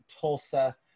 Tulsa